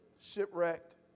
Shipwrecked